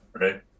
Right